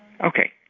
Okay